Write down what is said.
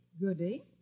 Goody